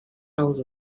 nous